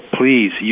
please